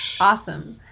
Awesome